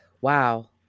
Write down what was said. wow